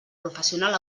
professional